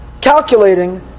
calculating